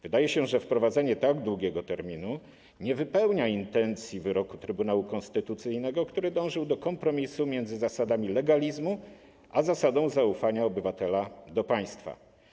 Wydaje się, że wprowadzenie tak długiego terminu nie wypełnia intencji wyroku Trybunału Konstytucyjnego, który dążył do kompromisu między zasadami legalizmu a zasadą zaufania obywatela do państwa.